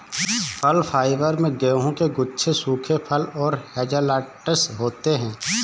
फल फाइबर में गेहूं के गुच्छे सूखे फल और हेज़लनट्स होते हैं